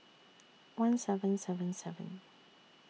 one seven seven seven